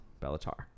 Bellatar